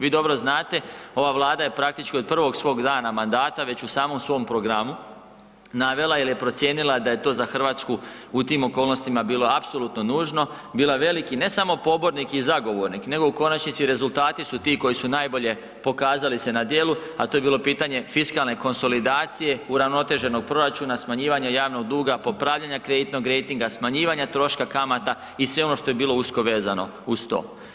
Vi dobro znate, ova Vlada je praktički od prvog svog dana mandata već u samom svom programu navela jer je procijenila da je to za RH u tim okolnostima bilo apsolutno nužno, bila veliki ne samo pobornik i zagovornik, nego u konačnici i rezultati su ti koji su najbolje pokazali se na djelu, a to je bilo pitanje fiskalne konsolidacije, uravnoteženog proračuna, smanjivanje javnog duga, popravljanja kreditnog rejtinga, smanjivanja troška kamata i sve ono što je bilo usko vezano uz to.